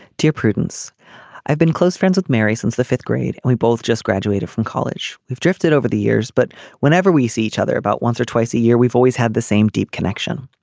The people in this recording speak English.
dear prudence i've been close friends with mary since the fifth grade and we both just graduated from college. we've drifted over the years but whenever we see each other about once or twice a year we've always had the same deep connection.